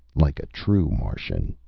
like a true martian.